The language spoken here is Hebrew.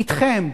אתכם,